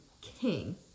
king